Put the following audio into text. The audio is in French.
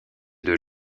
deux